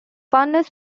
fondness